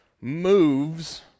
moves